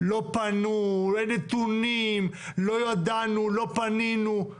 "לא פנו", "אין נתונים", "לא ידענו", "לא פנינו".